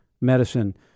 medicine